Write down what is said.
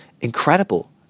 incredible